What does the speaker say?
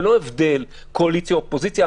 ללא הבדל קואליציה ואופוזיציה.